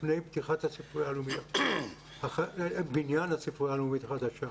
לפני פתיחת הבניין של הספרייה הלאומית החדשה,